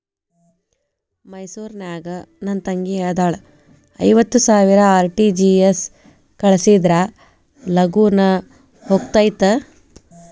ಮೈಸೂರ್ ನಾಗ ನನ್ ತಂಗಿ ಅದಾಳ ಐವತ್ ಸಾವಿರ ಆರ್.ಟಿ.ಜಿ.ಎಸ್ ಕಳ್ಸಿದ್ರಾ ಲಗೂನ ಹೋಗತೈತ?